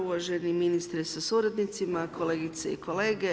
Uvaženi ministre sa suradnicima, kolegice i kolege.